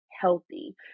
healthy